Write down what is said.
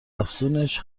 افزونش